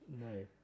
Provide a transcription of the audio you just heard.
no